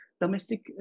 domestic